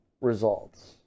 results